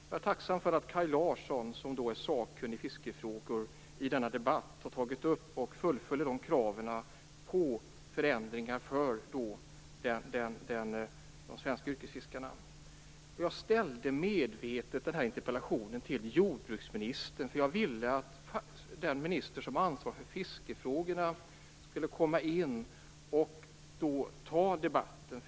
Jag är tacksam för att Kaj Larsson, som är sakkunnig i fiskefrågor, i denna debatt har tagit upp och fullföljt kraven på förändringar för de svenska yrkesfiskarna. Jag ställde medvetet den här interpellationen till jordbruksministern, för jag ville att den minister som har ansvar för fiskefrågorna skulle komma in och ta debatten.